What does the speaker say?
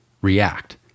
react